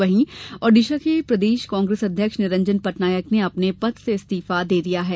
वहीं ओड़िसा के प्रदेश कांग्रेस अध्यक्ष निरंजन पटनायक ने अपने पद से इस्तीफा दे दिया है